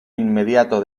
inmediato